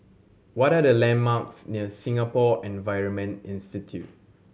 what are the landmarks near Singapore Environment Institute